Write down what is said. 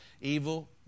evil